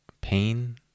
pain